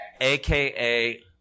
AKA